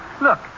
Look